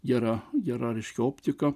gera gera ryški optika